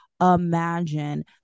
imagine